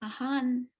Ahan